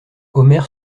omer